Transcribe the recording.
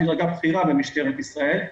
שהיא דרגה בכירה במשטרת ישראל,